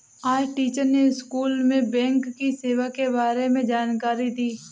आज टीचर ने स्कूल में बैंक की सेवा के बारे में जानकारी दी